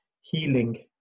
healing